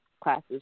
classes